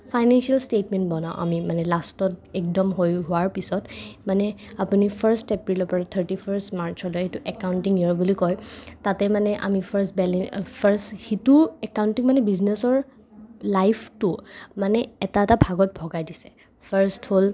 financial statement বনাওঁ আমি মানে লাষ্টত একদম হৈ হোৱাৰ পাছত মানে আপুনি ফাৰ্ষ্ট এপ্ৰিলৰ পৰা থাৰ্টি ফাৰ্ষ্ট মাৰ্চলৈ এইটো একাউণ্টিং ইয়েৰ বুলি কয় তাতে মানে আমি ফাৰ্ষ্ট ফাৰ্ষ্ট সিটো একাউণ্টিং মানে বিজনেচৰ লাইফটো মানে এটা এটা ভাগত ভগায় দিছে ফাৰ্ষ্ট হ'ল